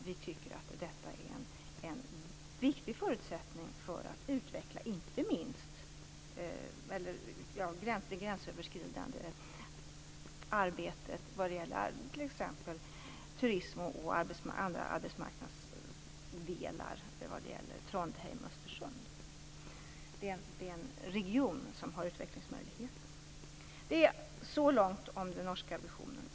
Vi tycker att det är en viktig förutsättning för att utveckla inte minst det gränsöverskridande arbetet i fråga om t.ex. turism och andra arbetsmarknadsdelar vad gäller Trondheim-Östersund. Det är en region som har utvecklingsmöjligheter. Så långt den norska visionen.